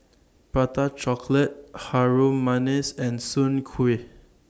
Prata Chocolate Harum Manis and Soon Kuih